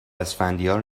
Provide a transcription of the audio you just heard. اسفندیار